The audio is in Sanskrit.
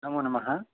नमो नमः